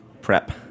prep